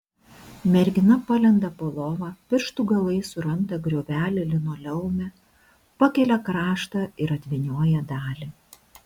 mergina palenda po lova pirštų galais suranda griovelį linoleume pakelia kraštą ir atvynioja dalį